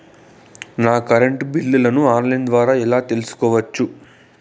నా కరెంటు బిల్లులను online ద్వారా ఎలా తెలుసుకోవచ్చు?